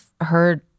heard